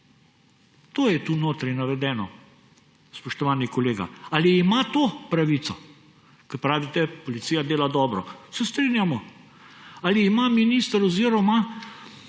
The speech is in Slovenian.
To je tu notri navedeno, spoštovani kolega. Ali ima to pravico? Pravite, da policija dela dobro; se strinjamo. Ali ima minister oziroma